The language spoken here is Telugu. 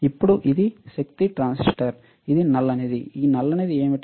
ఇప్పుడు ఇది శక్తి ట్రాన్సిస్టర్ ఇది నల్లనిది ఈ నల్లనిది ఏమిటి